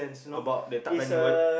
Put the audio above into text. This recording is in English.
about the tak berani word